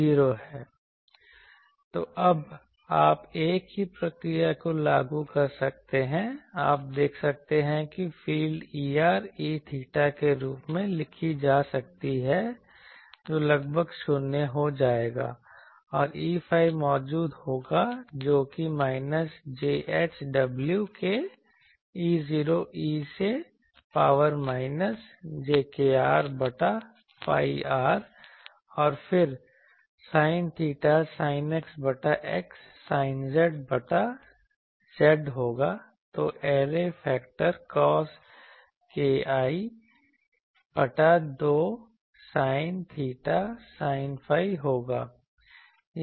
तो अब आप एक ही प्रक्रिया को लागू कर सकते हैं आप देख सकते हैं कि फ़ील्ड Er E𝚹 के रूप में लिखी जा सकती है जो लगभग शून्य हो जाएगा और Eϕ मौजूद होगा जो कि minus j h w k E0 e से पावर माइनस j kr बटा pi r और फिर sin theta sin X बटा X sin Z बटा Z होगा तो ऐरे फैक्टर cos kl बटा 2 sin theta sin phi होगा